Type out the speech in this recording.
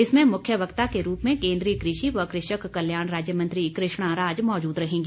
इसमें मुख्य वक्ता के रूप में केंद्रीय कृषि व कृषक कल्याण राज्य मंत्री कृष्णा राज मौजूद रहेंगी